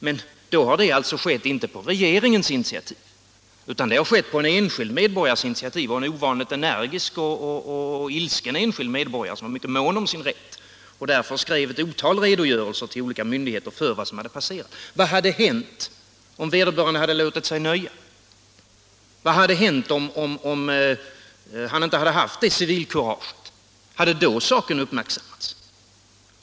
Men då har detta alltså skett inte på regeringens initiativ utan på en enskild medborgares initiativ och av en ovanligt energisk och mycket ilsken medborgare, som var mycket mån om sin rätt och därför skrev ett otal redogörelser till olika myndigheter om vad som hade passerat. Vad hade hänt om vederbörande hade låtit sig nöja med förhållandena? Vad hade hänt om han inte hade haft det civilkuraget? Hade då saken uppmärksammats?